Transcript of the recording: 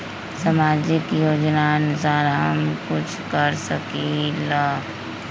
सामाजिक योजनानुसार हम कुछ कर सकील?